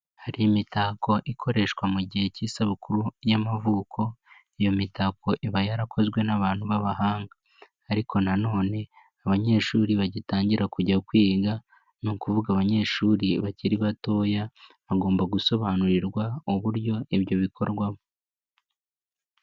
Hari imitako ikoreshwa mu gihe k'isabukuru y'amavuko, iyo mitako iba yarakozwe n'abantu b'abahanga ariko nanone abanyeshuri bagitangira kujya kwiga, ni ukuvuga abanyeshuri bakiri batoya bagomba gusobanurirwa uburyo ibyo bikorwamo.